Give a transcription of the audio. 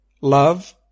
Love